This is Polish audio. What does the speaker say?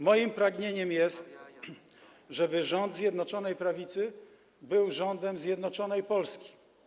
Moim pragnieniem jest, żeby rząd Zjednoczonej Prawicy był rządem zjednoczonej Polski.